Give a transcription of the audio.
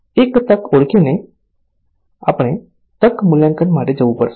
એક તક ઓળખીને આપણે તક મૂલ્યાંકન માટે જવું પડશે